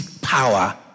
power